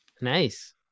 Nice